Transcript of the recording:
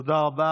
תודה רבה.